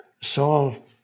Saul